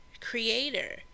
creator